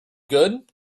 good